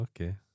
Okay